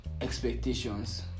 expectations